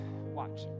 Watch